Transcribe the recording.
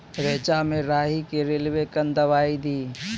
रेचा मे राही के रेलवे कन दवाई दीय?